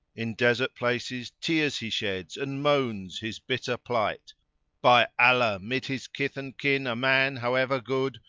in desert places tears he sheds and moans his bitter plight by allah, mid his kith and kin a man, however good,